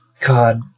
God